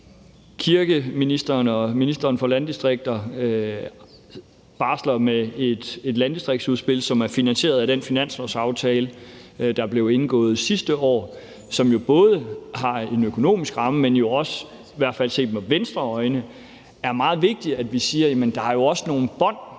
og ministeren for byer og landdistrikter barsler med et landdistriktsudspil, som er finansieret af den finanslovsaftale, der blev indgået sidste år, og hvor der er en økonomisk ramme, men hvor det også, i hvert fald set med Venstres øjne, er meget vigtigt, at vi siger, at der også er nogle bånd,